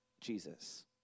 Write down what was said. Jesus